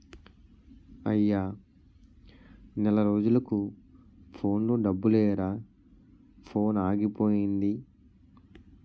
అయ్యా నెల రోజులకు ఫోన్లో డబ్బులెయ్యిరా ఫోనాగిపోయింది